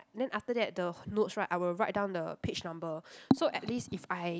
then after that the h~ notes right I will write down the page number so at least if I